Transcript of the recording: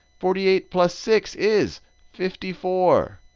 forty eight plus six is fifty four.